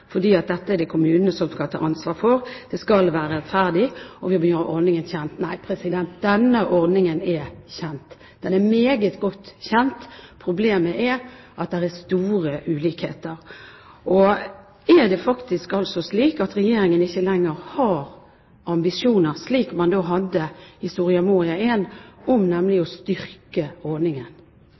fordi dette er det kommunene som skal ta ansvar for, det skal være rettferdig, og vi må gjøre ordningen kjent. Nei, denne ordningen er kjent. Den er meget godt kjent. Problemet er at det er store ulikheter. Er det faktisk slik at Regjeringen ikke lenger har ambisjoner, slik man hadde i Soria Moria I, om å styrke ordningen?